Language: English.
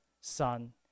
Son